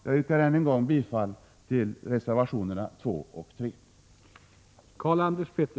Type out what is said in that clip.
Jag yrkar än en gång bifall till reservationerna 2 och 3.